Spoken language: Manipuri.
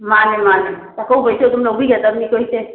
ꯃꯥꯅꯦ ꯃꯥꯅꯦ ꯆꯥꯀꯧꯕꯩꯁꯨ ꯑꯗꯨꯝ ꯂꯧꯕꯤꯒꯗꯕꯅꯤꯀꯣ ꯏꯆꯦ